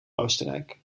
oostenrijk